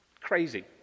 crazy